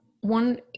one